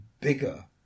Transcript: bigger